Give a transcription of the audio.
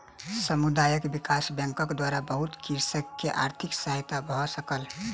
समुदाय विकास बैंकक द्वारा बहुत कृषक के आर्थिक सहायता भ सकल